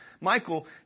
michael